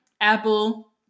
Apple